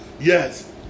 Yes